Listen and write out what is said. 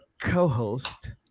co-host